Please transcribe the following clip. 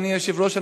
אדוני היושב-ראש,